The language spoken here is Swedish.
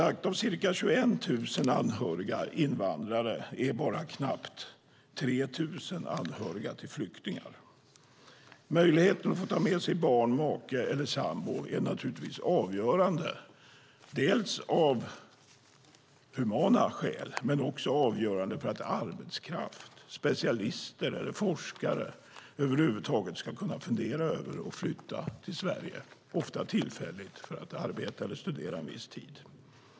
Av ca 21 000 anhöriga invandrare är bara knappt 3 000 anhöriga till flyktingar. Möjligheten att få ta med sig barn, make eller sambo är naturligtvis avgörande av humana skäl men också avgörande för att arbetskraft, specialister eller forskare över huvud taget ska kunna fundera över att flytta till Sverige ofta tillfälligt för att arbeta eller studera en viss tid.